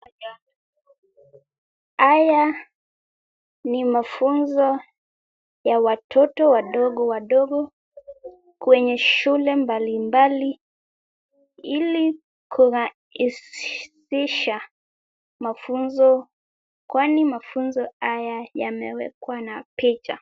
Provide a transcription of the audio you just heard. Haya ni mafunzo ya watoto wadogo wadogo kwenye shule mbalimbali ili kurahisisha mafunzo kwani mafunzo haya yamewekwa na picha.